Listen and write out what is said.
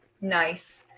Nice